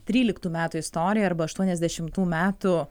tryliktų metų istorija arba aštuoniasdešimtų metų